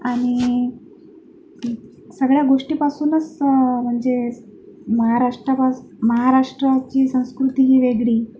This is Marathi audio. आणि सगळ्या गोष्टीपासूनच म्हणजे महाराष्ट्रापास महाराष्ट्राची संस्कृती ही वेगळी